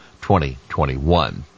2021